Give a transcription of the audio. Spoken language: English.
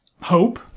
Hope